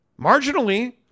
Marginally